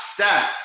stats